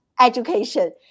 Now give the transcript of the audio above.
education